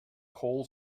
coal